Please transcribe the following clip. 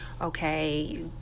okay